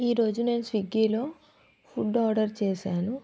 ఈ రోజు నేను స్విగ్గీలో ఫుడ్ ఆర్డర్ చేశాను